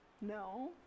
No